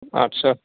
आच्चा